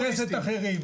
תכבד חברי כנסת אחרים.